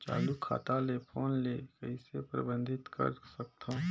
चालू खाता ले फोन ले कइसे प्रतिबंधित कर सकथव?